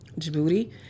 Djibouti